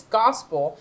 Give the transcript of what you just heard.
gospel